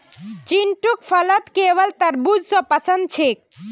चिंटूक फलत केवल तरबू ज पसंद छेक